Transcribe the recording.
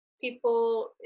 people